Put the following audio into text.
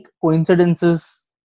coincidences